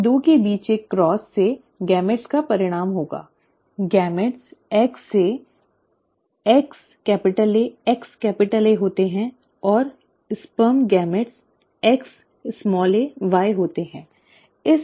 इन 2 के बीच एक क्रॉस से युग्मक का परिणाम होगा युग्मक अंडे से XAXA होते हैं और शुक्राणु युग्मक Xa Y होते हैं